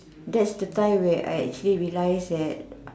that's the time where I actually realize that